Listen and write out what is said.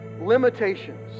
limitations